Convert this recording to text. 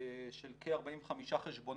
של כ-45 חשבונות.